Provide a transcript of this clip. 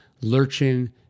lurching